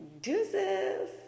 Deuces